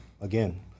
again